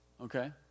Okay